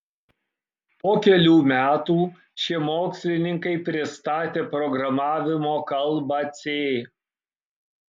po kelių metų šie mokslininkai pristatė programavimo kalbą c